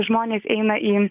žmonės eina į